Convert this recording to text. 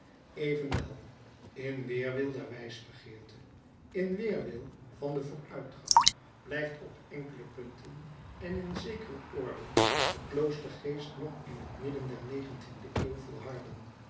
evenwel in weerwil der wijsbegeerte in weerwil van den vooruitgang blijft op enkele punten en in zekere oorden de kloostergeest nog in t midden der negentiende eeuw volharden